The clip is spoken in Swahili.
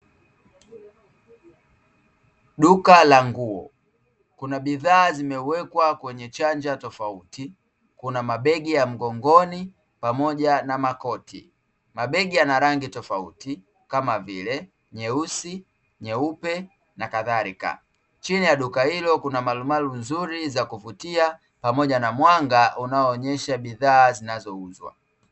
Duka la nguo, kuna bidhaa zimewekwa kwenye chanja tofauti, kuna mabegi ya mgongoni pamoja na makoti, mabegi yana rangi tofauti kama vile: nyeusi, nyeupa na kadhalika, chini ya duka hilo kuna marumaru nzuri za kuvutia pamoja na mwanga unaoonyesha bidhaa zinazouzwa.